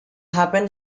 happen